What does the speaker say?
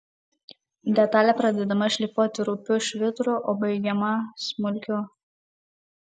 detalė pradedama šlifuoti rupiu švitru o baigiama smulkiu